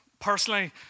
Personally